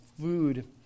food